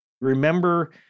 Remember